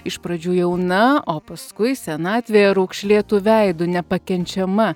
iš pradžių jauna o paskui senatvėje raukšlėtu veidu nepakenčiama